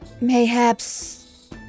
Mayhaps